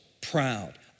Proud